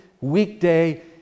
weekday